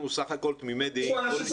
אנחנו סה"כ תמימי דעים.